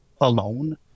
alone